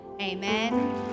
Amen